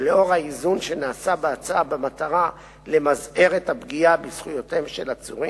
ולאור האיזון שנעשה בהצעה במטרה למזער את הפגיעה בזכויותיהם של עצורים,